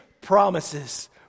promises